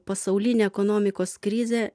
pasaulinė ekonomikos krizė